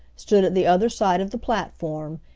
stood at the other side of the platform,